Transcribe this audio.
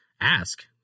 Ask